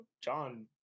John